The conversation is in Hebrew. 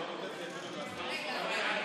ההסתייגות של קבוצת סיעת ישראל